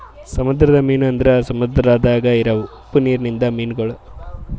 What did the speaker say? ಸಮುದ್ರದ ಮೀನು ಅಂದುರ್ ಸಮುದ್ರದಾಗ್ ಇರವು ಉಪ್ಪು ನೀರಿಂದ ಮೀನುಗೊಳ್